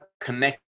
connect